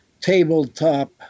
tabletop